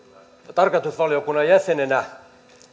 tarkastusvaliokunnan jäsenenä